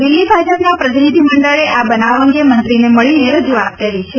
દિલ્હી ભાજપના પ્રતિનિધીમંડળે આ બનાવ અંગે મંત્રીને મળીને રજૂઆત કરી છે